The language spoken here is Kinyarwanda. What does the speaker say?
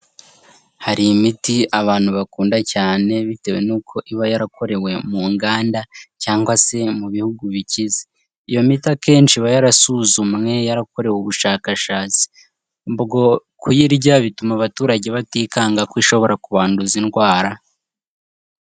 Hari imiti abantu bakunda cyane bitewe nuko iba yarakorewe mu nganda cyangwa se mu bihugu bikize, iyo miti akenshi iba yarasuzumwe yarakorewe ubushakashatsi, bwo kuyirya bituma abaturage batikanga ko ishobora kubanduza indwara.